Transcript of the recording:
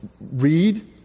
read